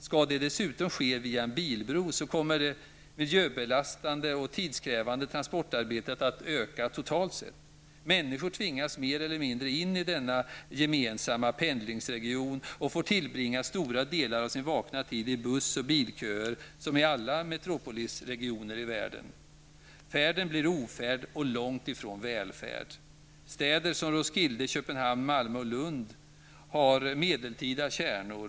Skall det dessutom ske via en bilbro kommer det miljöbelastade och tidskrävande transportarbetet att öka totalt sätt. Människor tvingas mer eller mindre in i denna gemensamma pendlingsregion och får, som i alla metropolregioner i världen, tillbringa en stor del av sin vakna tid i buss och bilköer. Färden blir ofärd, långtifrån välfärd. Städer som Roskilde, Köpenhamn, Malmö och Lund har medeltida stadskärnor.